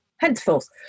Henceforth